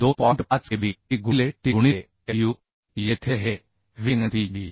5 kb d गुणिले t गुणिले fu येथे हे Vnpb